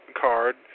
card